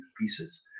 pieces